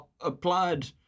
applied